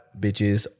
bitches